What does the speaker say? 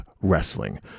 wrestling